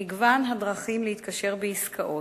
מגוון הדרכים להתקשר בעסקאות,